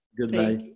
Goodbye